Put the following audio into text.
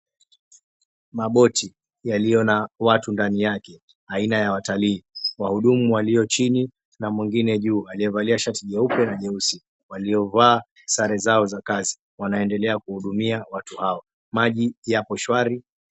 Maboti yaliyo na watu ndani yake aina ya watalii wahudumu walio chini na mwengine juu aliyevalia shati jeupe na jeusi. Waliovaa sare zao za kazi wanaedelea kuhudumia watu hao. Maji yako shwari.